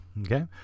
okay